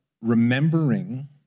remembering